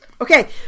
Okay